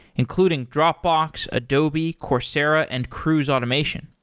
including dropbox, adobe, coursera and cruise automation.